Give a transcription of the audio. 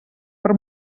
per